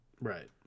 Right